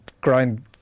grind